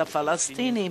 של הפלסטינים,